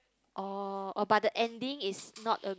orh but the ending is not a